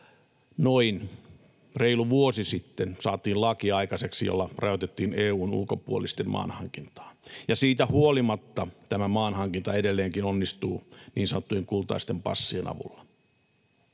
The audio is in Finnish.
Vasta reilu vuosi sitten saatiin aikaiseksi laki, jolla rajoitettiin EU:n ulkopuolisten maanhankintaa, ja siitä huolimatta tämä maanhankinta edelleenkin onnistuu niin sanottujen kultaisten passien avulla.